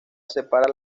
separa